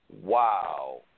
Wow